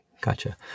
Gotcha